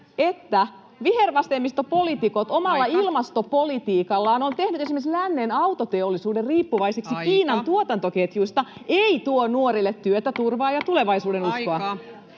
että vihervasemmistopoliitikot omalla ilmastopolitiikallaan [Puhemies: Aika!] ovat tehneet esimerkiksi lännen autoteollisuuden riippuvaiseksi Kiinan tuotantoketjuista, [Puhemies: Aika!] ei tuo nuorille työtä, turvaa ja tulevaisuudenuskoa.